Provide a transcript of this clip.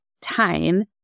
time